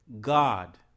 God